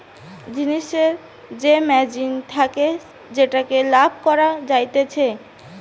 জিনিসের যে মার্জিন থাকে যেটাতে লাভ করা যাতিছে